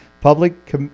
Public